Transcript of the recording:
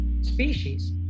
species